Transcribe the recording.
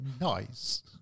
nice